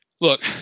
Look